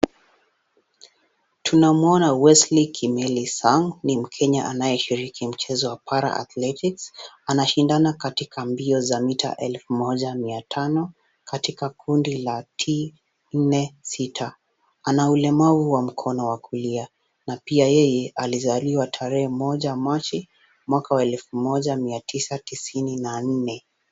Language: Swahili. Tunamwona Wesley Kimeli Sang ni mkenya anayeshiriki mchezo wa Para-athletics anashindana katika mbio za mita elfu moja mia tano katika kundi la T nne sita. Ana ulemavu wa mkono wa kulia na pia yeye alizaliwa tarehe moja machi mwaka wa elfu moja mia tisa tisini na nne.